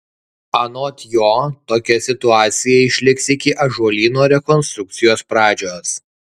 anot jo tokia situacija išliks iki ąžuolyno rekonstrukcijos pradžios